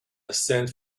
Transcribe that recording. ascent